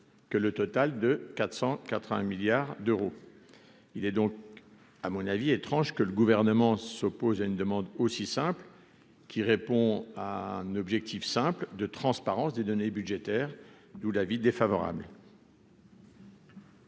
que le total de 480 milliards d'euros, il est donc à mon avis, étrange que le gouvernement s'oppose à une demande aussi simple, qui répond à un objectif simple de transparence des données budgétaires, d'où l'avis défavorable.